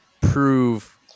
prove